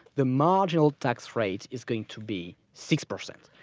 the marginal tax rate is going to be six percent.